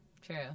True